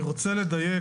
אני רוצה לדייק